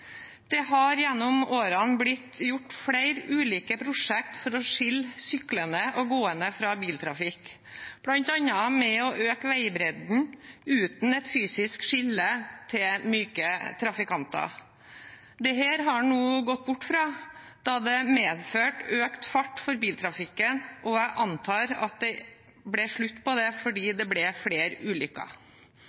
Det har gjennom årene blitt gjennomført flere ulike prosjekter for å skille syklende og gående fra biltrafikk, bl.a. ved å øke veibredden uten et fysisk skille til myke trafikanter. Dette har en nå gått bort fra, da det medførte økt fart for biltrafikken – jeg antar at det ble slutt på det fordi det ble flere ulykker,